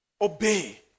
obey